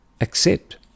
Accept